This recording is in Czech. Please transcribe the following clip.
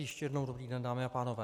Ještě jednou dobrý den, dámy a pánové.